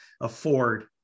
afford